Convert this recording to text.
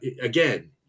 again